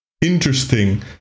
interesting